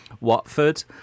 Watford